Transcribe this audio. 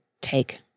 take